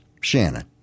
Shannon